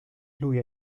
lui